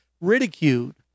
ridiculed